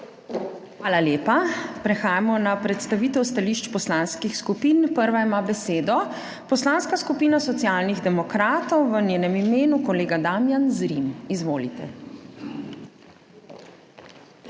Hvala lepa. Prehajamo na predstavitev stališč poslanskih skupin. Prva ima besedo Poslanska skupina Socialnih demokratov, v njenem imenu kolega Damijan Zrim. Izvolite.